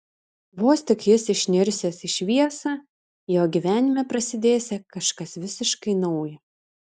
vos tik jis išnirsiąs į šviesą jo gyvenime prasidėsią kažkas visiškai nauja